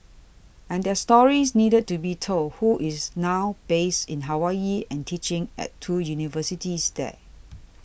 and their stories needed to be told who is now based in Hawaii and teaching at two universities there